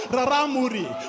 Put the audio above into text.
Raramuri